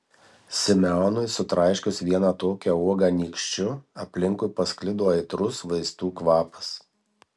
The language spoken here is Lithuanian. simeonui sutraiškius vieną tokią uogą nykščiu aplinkui pasklido aitrus vaistų kvapas